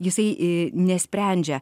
jisai i nesprendžia